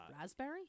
Raspberry